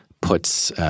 puts –